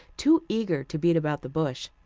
too eager to beat about the bush.